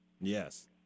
Yes